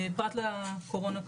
פרט לקורונה כמובן,